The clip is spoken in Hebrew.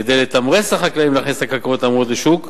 כדי לתמרץ את החקלאים להכניס את הקרקעות האמורות לשוק,